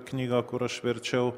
knyga kur aš verčiau